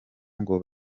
ngo